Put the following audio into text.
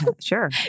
Sure